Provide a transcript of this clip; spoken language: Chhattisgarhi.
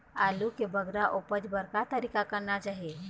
आलू के बगरा उपज बर का तरीका करना चाही?